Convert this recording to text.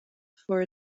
for